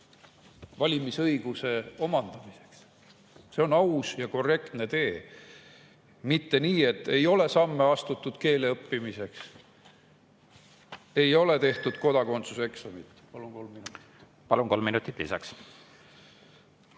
valimisõiguse omandamiseks. See on aus ja korrektne tee. Mitte nii, et ei ole astutud samme eesti keele õppimiseks, ei ole tehtud kodakondsuse eksamit. Palun kolm minutit juurde. Palun, kolm minutit lisaks!